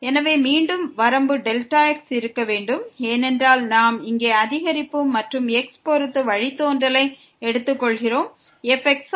எனவே மீண்டும் Δxக்கு வரம்பு இருக்க வேண்டும் ஏனென்றால் நாம் இங்கே அதிகரிப்பு அதாவது f மற்றும் x பொறுத்து வழித்தோன்றலை எடுத்துக்கொள்கிறோம்